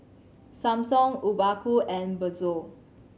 Samsung Obaku and Pezzo